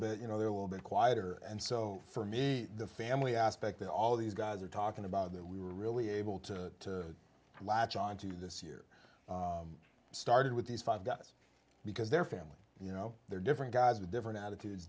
bit you know there will be a quieter and so for me the family aspect that all these guys are talking about that we were really able to latch onto this year started with these five guys because their family you know they're different guys with different attitudes